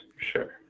Sure